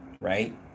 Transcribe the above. Right